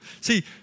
See